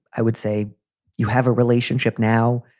i would say you have a relationship now.